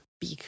big